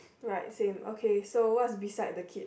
right same okay so what is beside the kids